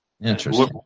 Interesting